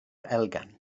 elgan